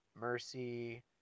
mercy